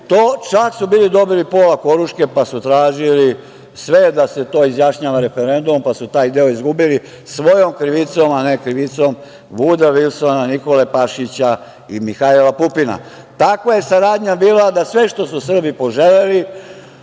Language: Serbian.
čak su bili dobili i pola Koruške, pa su tražili sve da se to izjašnjava referendumom, pa su taj deo izgubili, svojom krivicom, a ne krivicom Vudroa Vilsona, Nikole Pašića i Mihajla Pupina. Takva je saradnja bila da sve što su Srbi poželeli